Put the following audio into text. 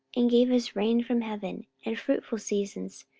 and gave us rain from heaven, and fruitful seasons,